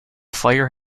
fire